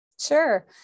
Sure